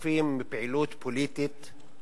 גופים מפעילות פוליטית לגיטימית.